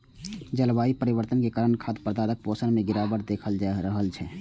जलवायु परिवर्तन के कारण खाद्य पदार्थक पोषण मे गिरावट देखल जा रहल छै